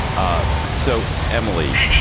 ah so, emily.